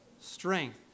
strength